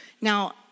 Now